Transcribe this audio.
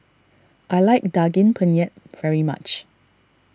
I like Daging Penyet very much